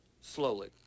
slowly